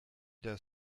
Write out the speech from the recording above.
der